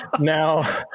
Now